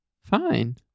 Fine